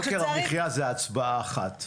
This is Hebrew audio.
יוקר המחיה זה הצבעה אחת.